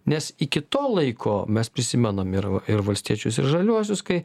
nes iki to laiko mes prisimenam ir ir valstiečius ir žaliuosius kai